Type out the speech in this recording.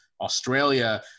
Australia